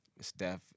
Steph